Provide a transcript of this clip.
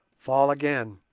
fall again,